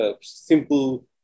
simple